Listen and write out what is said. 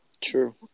True